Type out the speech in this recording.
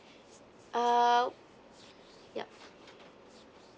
uh yup